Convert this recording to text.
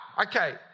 okay